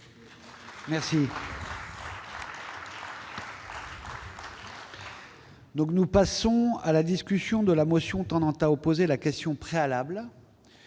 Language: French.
l'emploi. Nous passons à la discussion de la motion tendant à opposer la question préalable.